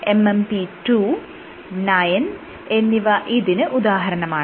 MMP 2 9 എന്നിവ ഇതിന് ഉദാഹരണമാണ്